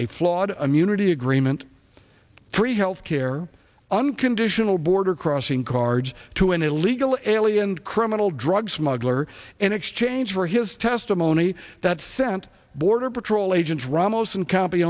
a flawed immunity agreement free healthcare unconditional border crossing cards to an illegal alien criminal drug smuggler in exchange for his testimony that sent border patrol agents ramos and c